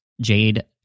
Jade